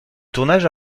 tournage